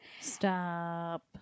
Stop